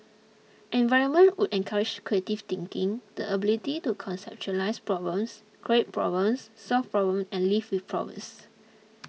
environment would encourage creative thinking the ability to conceptualise problems create problems solve problems and live with problems